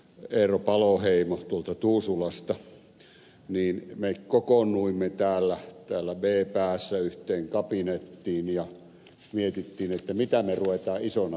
eero paloheimo tuolta tuusulasta niin me kokoonnuimme täällä b päässä yhteen kabinettiin ja mietimme mitä me rupeamme isona tekemään